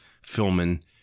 filming